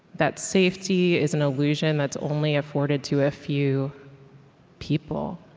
that safety is an illusion that's only afforded to a few people.